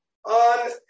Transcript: On